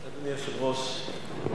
אדוני היושב-ראש,